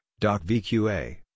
DocVQA